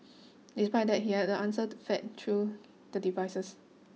despite that he had the answered fed through the devices